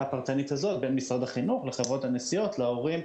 הפרטנית הזאת בין משרד החינוך לבין חברות הנסיעות ובין ההורים,